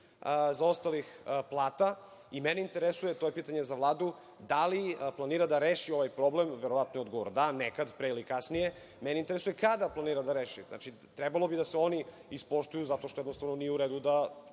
zaostalih plata i mene interesuje, to je pitanje za Vladu, da li planira da reši ovaj problem? Verovatno je odgovor – da, nekad, pre ili kasnije. Mene interesuje kada planira da reši? Znači, trebalo bi da se oni ispoštuju zato što ovo nije u redu da